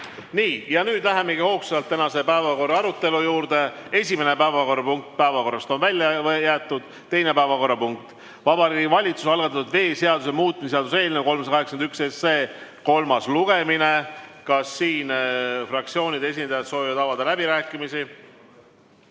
Nii, nüüd lähemegi hoogsalt tänase päevakorra arutelu juurde. Esimene päevakorrapunkt on päevakorrast välja jäetud. Teine päevakorrapunkt: Vabariigi Valitsuse algatatud veeseaduse muutmise seaduse eelnõu 381 kolmas lugemine. Kas fraktsioonide esindajad soovivad avada läbirääkimisi?